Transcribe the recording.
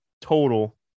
total